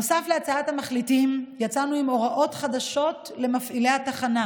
נוסף להצעת מחליטים יצאנו עם הוראות חדשות למפעילי התחנה,